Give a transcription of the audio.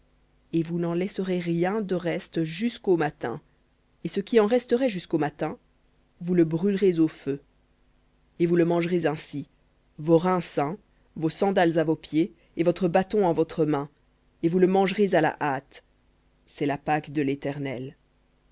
et vous n'en laisserez rien de reste jusqu'au matin et ce qui en resterait jusqu'au matin vous le brûlerez au feu et vous le mangerez ainsi vos reins ceints vos sandales à vos pieds et votre bâton en votre main et vous le mangerez à la hâte c'est la pâque de l'éternel